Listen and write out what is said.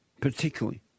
particularly